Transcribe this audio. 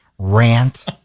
rant